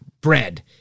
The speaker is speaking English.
bread